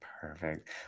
Perfect